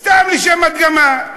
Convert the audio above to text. סתם לשם הדגמה,